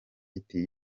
iti